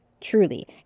truly